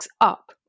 up